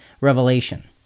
revelation